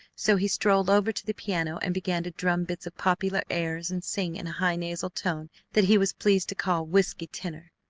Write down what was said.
so he strolled over to the piano and began to drum bits of popular airs and sing in a high nasal tone that he was pleased to call whiskey tenor.